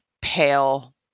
pale